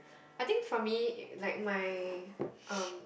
I think for me like my um